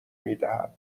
میدهد